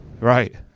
Right